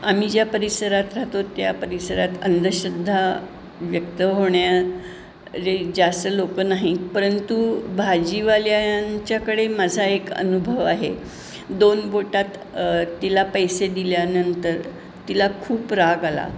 आम्ही ज्या परिसरात राहतो त्या परिसरात अंधश्रद्धा व्यक्त होण्या जास्त लोकं नाहीत परंतु भाजीवाल्यांच्याकडे माझा एक अनुभव आहे दोन बोटात तिला पैसे दिल्यानंतर तिला खूप राग आला